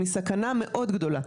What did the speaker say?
היא סכנה מאוד גדולה.